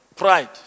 Pride